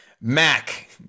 Mac